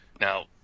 Now